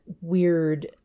weird